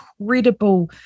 incredible